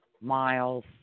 miles